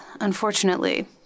unfortunately